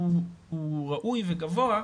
הוא ראוי וגבוה.